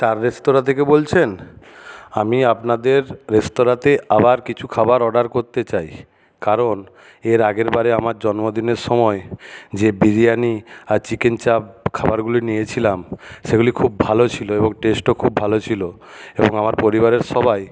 star রেস্তোরাঁ থেকে বলছেন আমি আপনাদের রেস্তোরাঁতে আবার কিছু খাবার অর্ডার করতে চাই কারণ এর আগের বারে আমার জন্মদিনের সময় যে বিরিয়ানি আর যে চিকেন চাপ খাবারগুলি নিয়েছিলাম সেগুলি খুব ভালো ছিলো এবং টেস্টও খুব ভালো ছিলো এবং আমার পরিবারের সবাই